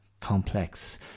complex